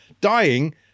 dying